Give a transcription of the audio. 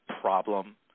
problem